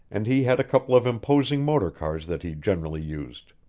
and he had a couple of imposing motor cars that he generally used.